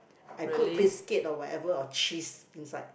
I put biscuit or whatever or cheese inside